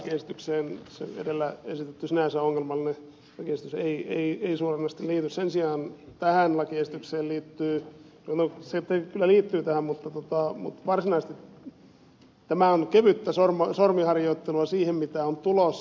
tähän lakiesitykseen edellä esitetty sinänsä ongelmallinen lakiesitys ei saa viedä sen sijaan päälakeen suoranaisesti liity tai se kyllä liittyy tähän mutta tämä on kevyttä sormiharjoittelua siihen mitä on tulossa